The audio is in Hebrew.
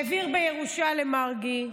העביר בירושה למרגי,